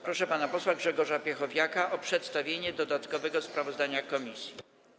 Proszę pana posła Grzegorza Piechowiaka o przedstawienie dodatkowego sprawozdania komisji.